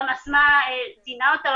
גם אסמאא ציינה אותם,